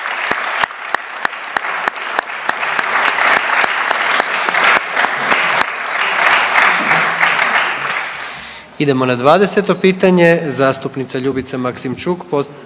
Idemo na drugo pitanje,